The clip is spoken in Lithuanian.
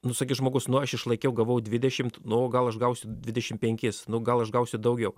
nu sakys žmogus nu aš išlaikiau gavau dvidešimt na o gal aš gausiu dvidešim penkis nu gal aš gausiu daugiau